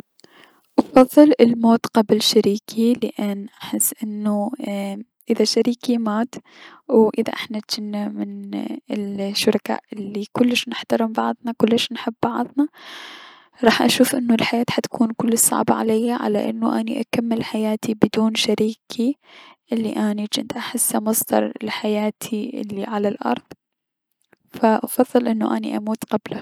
افضل الموت قبل شريكي لأن احس انو اذا شريكي مات و اذا احنا جنا من ال شركاء الي كلش نحترم بعضنا و كلش نحب بعضنا، راح اشوف الحياة حتكون كلش صعبة عليا على انو اني اكمل حياتي بدون شريكي، الي اني جنت احسه مصدر لحياتي الي على الأرض، فأفضل انو اني اموت قبله.